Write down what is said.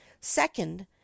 second